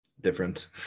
different